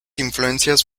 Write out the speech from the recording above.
influencias